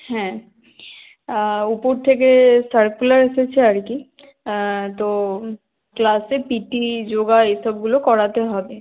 হ্যাঁ ওপর থেকে সার্কুলার এসেছে আর কি তো ক্লাসে পিটি যোগা এই সবগুলো করাতে হবে